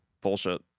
bullshit